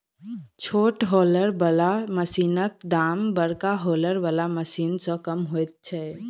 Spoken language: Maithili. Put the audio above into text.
छोट हौलर बला मशीनक दाम बड़का हौलर बला मशीन सॅ कम होइत छै